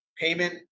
payment